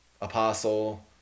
Apostle